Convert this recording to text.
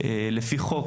עובדים במשק, לפי חוק.